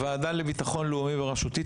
הוועדה לביטחון לאומי בראשותי,